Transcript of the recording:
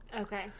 okay